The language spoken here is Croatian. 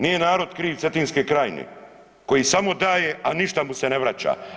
Nije narod kriv Cetinske krajine koji samo daje, a ništa mu se ne vrača.